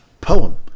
poem